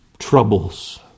troubles